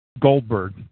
Goldberg